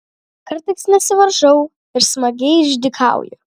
kartais nesivaržau ir smagiai išdykauju